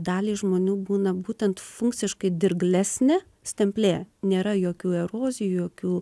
daliai žmonių būna būtent funkciškai dirglesnė stemplė nėra jokių erozijų jokių